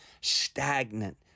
stagnant